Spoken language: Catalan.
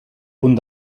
punt